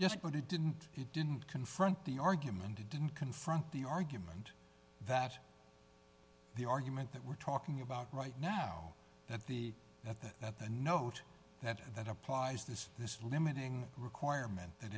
to didn't he didn't confront the argument he didn't confront the argument that the argument that we're talking about right now that the that that that the note that that applies this this limiting requirement that